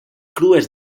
crues